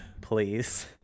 Please